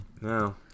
no